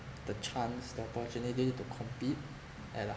the chance the opportunity to compete at a